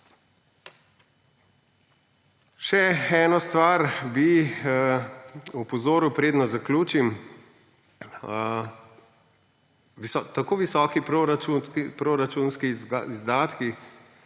na eno stvar bi opozoril, preden zaključim. Tako visoki proračunski izdatki